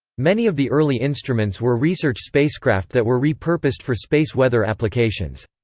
many of the early instruments were research spacecraft that were re-purposed for space weather applications.